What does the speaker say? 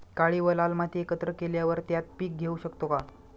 काळी व लाल माती एकत्र केल्यावर त्यात पीक घेऊ शकतो का?